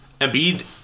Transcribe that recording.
Embiid